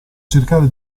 cercare